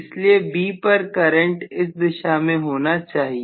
इसलिए B पर current इस दिशा में होना चाहिए